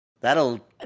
that'll